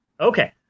Okay